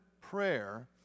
prayer